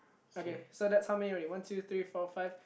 okay so that's how many already one two three four five